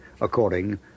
according